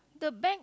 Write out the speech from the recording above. the back